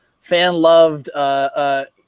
fan-loved